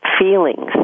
feelings